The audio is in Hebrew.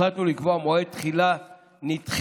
החלטנו לקבוע מועד תחילה נדחית,